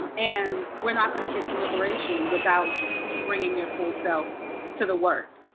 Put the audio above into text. and and we're not gonna get to liberation without you bringing your full self to the work.